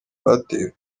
rwatewe